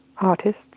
artists